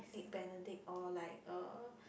Egg Benedict or like uh